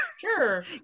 Sure